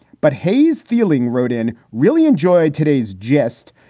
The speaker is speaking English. but hayes feeling wrote in really enjoy today's jest,